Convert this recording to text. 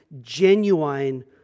genuine